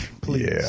please